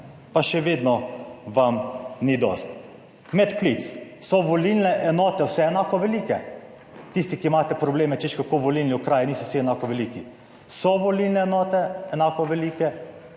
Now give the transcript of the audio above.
pa še vedno vam ni dosti. Medklic: so volilne enote vse enako velike? Tisti, ki imate probleme, češ, kako volilni okraji niso vsi enako veliki. So volilne enote enako velike?